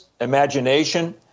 imagination